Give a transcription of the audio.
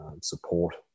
support